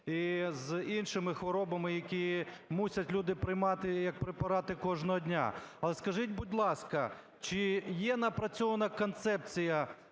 і з іншими хворобами, які мусять люди приймати як препарати кожного дня. Але скажіть, будь ласка, чи є напрацьована концепція